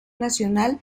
nacional